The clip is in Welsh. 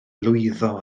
lwyddo